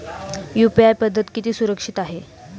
UPI पद्धत किती सुरक्षित आहे?